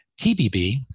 TBB